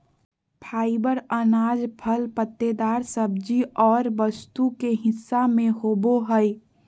fibre अनाज, फल पत्तेदार सब्जी और वस्तु के हिस्सा में होबो हइ